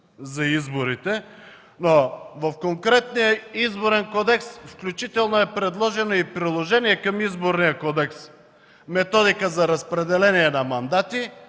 за изборите, но в конкретния Изборен кодекс включително е предложено и приложение към Изборния кодекс – методика за разпределение на мандати.